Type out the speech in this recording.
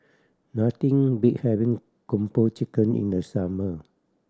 nothing beats having Kung Po Chicken in the summer